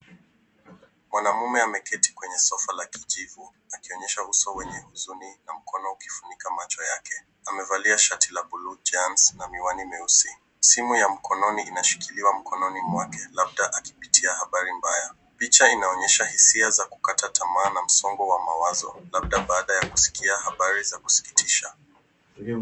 Mwanaume ameketi kwenye sofa la kijivu akionyesha uso wenye huzuni na mkono ukifunika macho yake. Amevalia shati la buluu gents na miwani meusi. Simu ya mkononi inashikiliwa mikononi mwake labda akipitia habari mbaya. Picha inaonyesha hisia za kukata tamaa na msongo wa mawazo labda baada ya kusikia habari za kusikitisha.